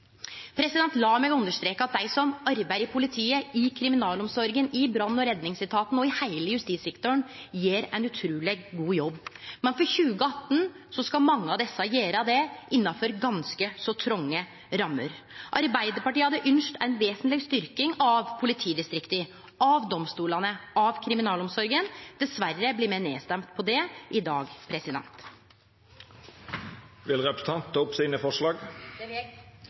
meg understreke at dei som arbeider i politiet, i kriminalomsorga, i brann- og redningsetaten og i heile justissektoren, gjer ein utruleg god jobb, men i 2018 skal mange av desse gjere det innanfor ganske så tronge rammer. Arbeidarpartiet hadde ynskt ei vesentleg styrking av politidistrikta, av domstolane, av kriminalomsorga. Dessverre blir me nedstemte på det i dag. Vil representanten ta opp forslaga sine? Det vil eg.